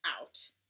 out